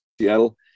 Seattle